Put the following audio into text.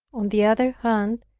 on the other hand,